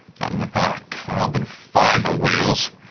get them a pair of carbon fiber wheels.